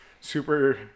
super